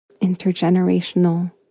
intergenerational